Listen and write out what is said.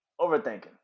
overthinking